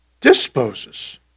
disposes